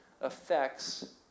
affects